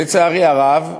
לצערי הרב,